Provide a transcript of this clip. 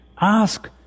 ask